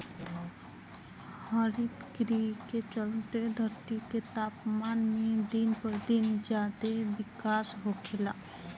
हरितगृह के चलते धरती के तापमान में दिन पर दिन ज्यादे बिकास होखेला